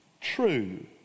true